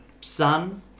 sun